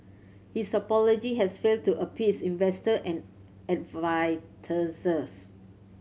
his apology has failed to appease investor and